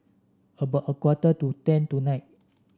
about a quarter to ten tonight